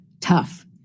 tough